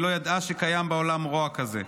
היא לא ידעה שקיים בעולם רוע כזה.